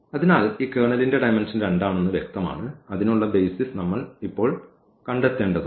അതിനാൽ ഈ കേർണലിന്റെ ഡയമെൻഷൻ 2 ആണെന്ന് വ്യക്തമാണ് അതിനുള്ള ബെയ്സിസ് നമ്മൾ ഇപ്പോൾ കണ്ടെത്തേണ്ടതുണ്ട്